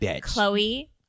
Chloe